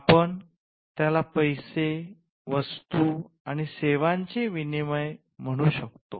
आपण त्याला पैसे वस्तू आणि सेवांचे विनिमय म्हणून समजतो